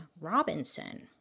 Robinson